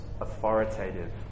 authoritative